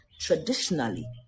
Traditionally